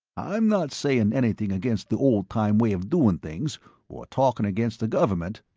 i'm not saying anything against the old time way of doing things or talking against the government,